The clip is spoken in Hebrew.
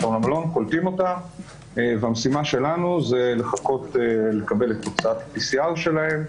קולטים אותם והמשימה שלנו זה לחכות לקבל את תוצאת בדיקת הקורונה שלהם.